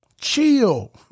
Chill